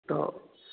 तऽ